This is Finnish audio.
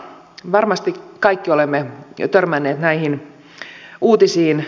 varmasti kaikki olemme törmänneet näihin uutisiin